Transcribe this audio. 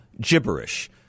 gibberish